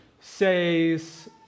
says